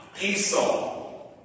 Esau